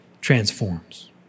transforms